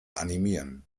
animieren